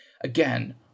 Again